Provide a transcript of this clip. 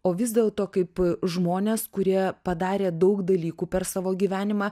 o vis dėlto kaip žmones kurie padarė daug dalykų per savo gyvenimą